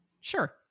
Sure